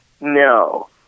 No